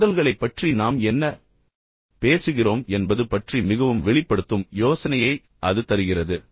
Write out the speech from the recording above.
மோதல்களைப் பற்றி நாம் என்ன பேசுகிறோம் என்பது பற்றி மிகவும் வெளிப்படுத்தும் யோசனையை அது தருகிறது